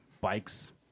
bikes